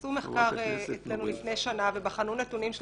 עשו אצלנו מחקר לפני שנה ובחנו נתונים של